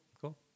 Cool